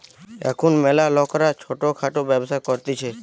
এখুন ম্যালা লোকরা ছোট খাটো ব্যবসা করতিছে